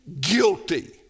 guilty